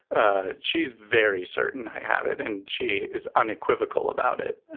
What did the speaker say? ah she's very certain i have it and she is unequivocal about it.